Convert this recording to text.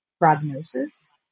prognosis